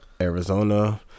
Arizona